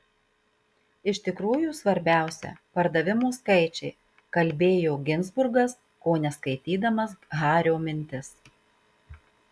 iš tikrųjų svarbiausia pardavimų skaičiai kalbėjo ginzburgas kone skaitydamas hario mintis